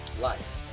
life